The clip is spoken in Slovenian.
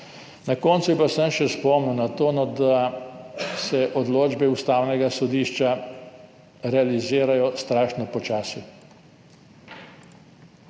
Na koncu bi pa samo še spomnil na to, da se odločbe Ustavnega sodišča realizirajo strašno počasi.